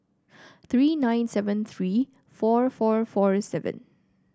three nine seven three four four four seven